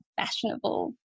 fashionable